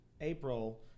April